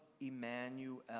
Emmanuel